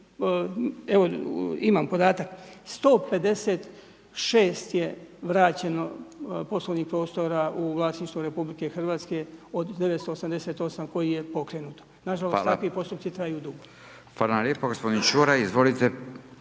evo imam podatak 156 je vraćeno poslovnih prostora u vlasništvu RH od 988 kojih je pokrenuto. Nažalost takvi postupci traju dugo.